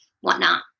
whatnot